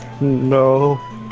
No